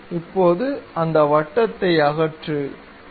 இப்போது அந்த வட்டத்தை அகற்று சரி